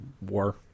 war